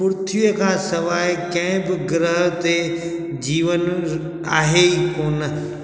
पृथ्वीअ खां सवाइ कंहिं बि ग्रह ते जीवन आहे ई कोन्ह